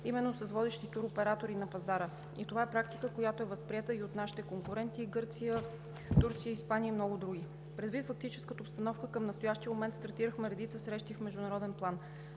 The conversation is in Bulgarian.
именно с водещи туроператори на пазара. Това е практика, която е възприета и от нашите конкуренти – Гърция, Турция, Испания и много други. Предвид фактическата обстановка към настоящия момент стартирахме редица срещи в международен план.